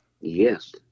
Yes